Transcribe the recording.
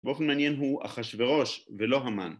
באופן מעניין הוא אחשוורוש ולא המן